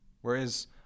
whereas